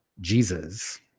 jesus